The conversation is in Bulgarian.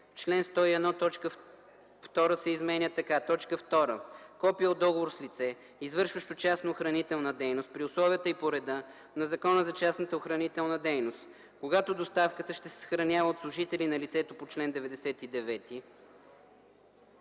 чл. 101 т. 2 се изменя така: “2. копие от договор с лице, извършващо частна охранителна дейност при условията и по реда на Закона за частната охранителна дейност; когато доставката ще се охранява от служители на лицето по чл. 99,